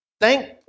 Thank